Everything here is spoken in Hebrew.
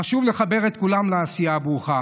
חשוב לחבר את כולם לעשייה הברוכה.